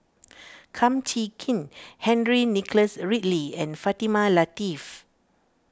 Kum Chee Kin Henry Nicholas Ridley and Fatimah Lateef